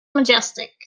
majestic